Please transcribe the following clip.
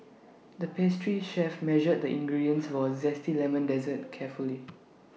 the pastry chef measured the ingredients for A Zesty Lemon Dessert carefully